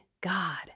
God